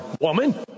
woman